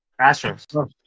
Astros